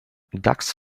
ducks